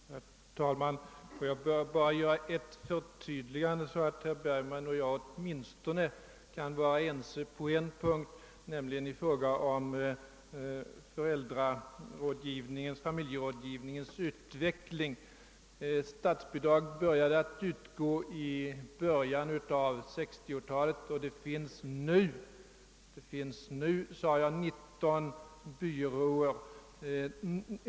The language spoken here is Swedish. Herr talman! Får jag bara göra ett förtydligande, så att herr Bergman och jag åtminstone kan vara ense på en punkt, nämligen i fråga om familjerådgivningens utveckling. Statsbidrag började utgå i början av 1960-talet, och det finns nu, sade jag, 19 byråer.